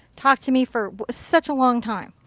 talk to me for such a long time.